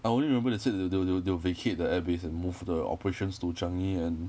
I only remember they said that they will they will they will vacate the air base and move their operations to changi and